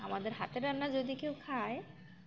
আমাদের হাতের রান্না যদি কেউ খায়